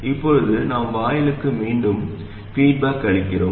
இப்போது நாம் வாயிலுக்கு மீண்டும் பீட்பாக் அளிக்கிறோம்